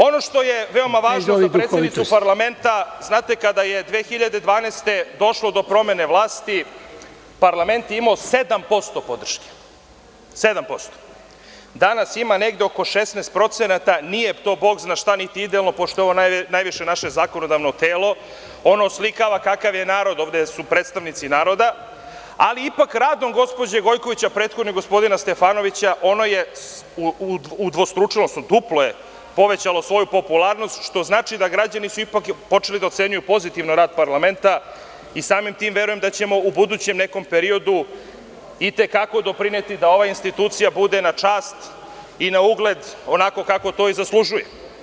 Ono što je veoma važno za predsednicu parlamenta, znate, kada je 2012. godine došlo do promene vlasti, parlament je imao 7% podrške, danas ima negde oko 16%, nije to bog zna šta, niti idealno, pošto je ovo naše najviše zakonodavno telo, ono oslikava kakav je narod, ovde su predstavnici naroda, ali ipak radom gospođe Gojković, a prethodno i gospodina Stefanovića, ono je udvostručilo, duplo je povećalo svoju popularnost, što znači da su građani ipak počeli da ocenjuju pozitivno rad parlamenta i samim tim verujem da ćemo u budućem nekom periodu i te kako doprineti da ova institucija bude na čast i na ugled onako kako to i zaslužuje.